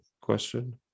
question